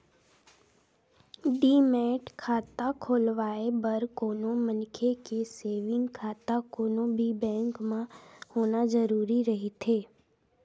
demat खाता खोलवाय बर कोनो मनखे के सेंविग खाता कोनो भी बेंक म होना जरुरी रहिथे